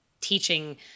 teaching